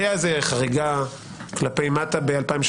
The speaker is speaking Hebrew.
הייתה איזה חריגה כלפי מטה ב-2018.